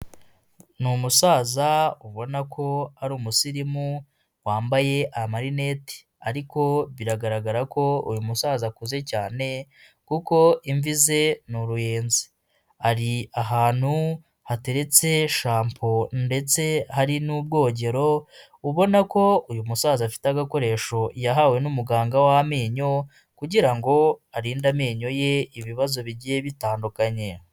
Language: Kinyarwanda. Ni umusaza ubona ko ari umusirimu, wambaye amarineti, ariko biragaragara ko uyu musaza akuze cyane kuko imvi ze ni uruyenzi, ari ahantu hateretse shampo ndetse hari n'ubwogero, ubona ko uyu musaza afite agakoresho yahawe n'umuganga w'amenyo, kugira ngo arinde amenyo ye ibibazo bigiye bitandukanye.